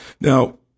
Now